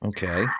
Okay